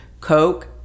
Coke